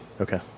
Okay